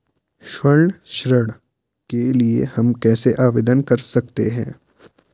स्वर्ण ऋण के लिए हम कैसे आवेदन कर सकते हैं?